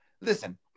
Listen